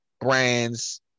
brands